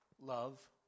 love